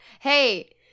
Hey